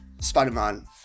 Spider-Man